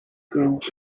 grooves